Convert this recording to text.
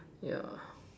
yeah